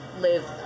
live